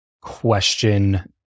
question